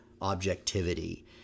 objectivity